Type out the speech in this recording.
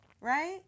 Right